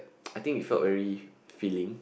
I think you felt very filling